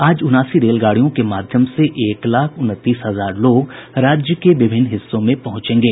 आज उनासी रेलगाड़ियों के माध्यम से एक लाख उनतीस हजार लोग राज्य के विभिन्न हिस्सों में पहुंचेंगे